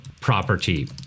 property